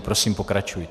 Prosím, pokračujte.